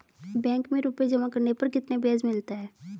Bank में रुपये जमा करने पर कितना ब्याज मिलता है?